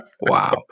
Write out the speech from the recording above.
Wow